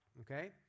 okay